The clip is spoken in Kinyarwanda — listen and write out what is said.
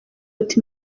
ati